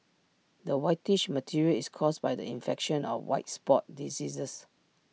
the whitish material is caused by the infection of white spot diseases